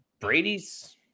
Brady's –